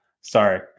Sorry